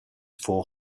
for